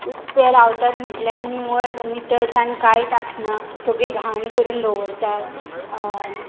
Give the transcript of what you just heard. ते रावतात म्हटल्यार निवळ नितळसाण कांयच आसना सगळीं घाण करून दवरतात